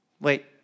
Wait